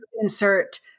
insert